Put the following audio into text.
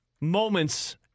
moments